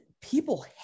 People